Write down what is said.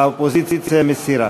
האופוזיציה מסירה.